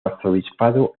arzobispado